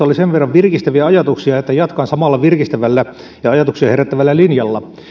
oli sen verran virkistäviä ajatuksia että jatkan samalla virkistävällä ja ajatuksia herättävällä linjalla